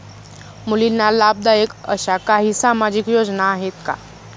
मुलींना लाभदायक अशा काही सामाजिक योजना आहेत का?